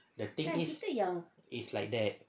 the thing is is like that